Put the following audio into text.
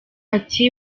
ati